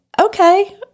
okay